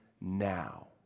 now